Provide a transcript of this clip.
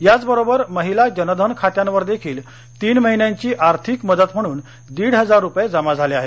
याच बरोबर महिला जनधन खात्यांवर देखील तीन महिन्यांची आर्थिक मदत म्हणूनदीड हजार रुपये जमा झाले आहेत